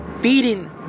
Feeding